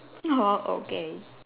no okay